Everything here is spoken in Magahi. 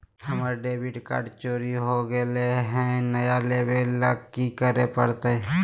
हमर डेबिट कार्ड चोरी हो गेले हई, नया लेवे ल की करे पड़तई?